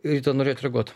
rita norėjot reaguot